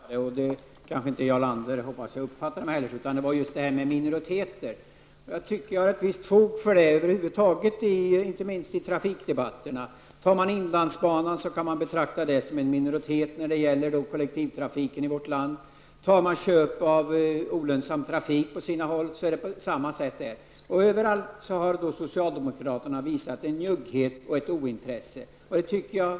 Herr talman! Jag har inte sagt att ni socialdemokrater inte bryr er om de handikappade. Jag hoppas att Jarl Lander inte heller uppfattade vad jag sade på det sättet. Mitt resonemang gällde just behandlingen av minoriteter. Jag tycker att det finns ett visst fog för mina påståenden i det sammanhanget, inte minst när det gäller trafikdebatterna. Inlandsbanan t.ex. kan ju betraktas som en minoritet i fråga om kollektivtrafiken i vårt land. Med köp av olönsam trafik på sina håll förhåller det sig på samma sätt. I alla sådana sammanhang har socialdemokraterna visat en njugghet och ett ointresse.